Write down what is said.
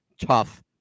tough